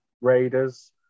Raiders